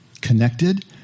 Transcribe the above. Connected